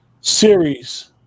series